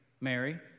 Mary